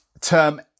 term